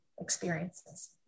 experiences